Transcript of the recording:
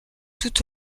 tout